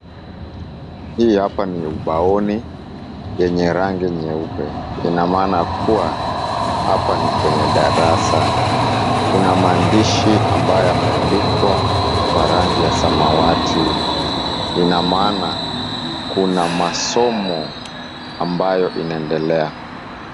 Hii hapa ni ubaoni, yenye rangi nyeupe. Ina maana kuwa, hapa ni kwenye darasa. Kuna maandishi ambayo yameandikwa, kwa rangi ya samawati. Ina maana, kuna masomo ambayo inaendelea.